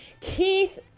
Keith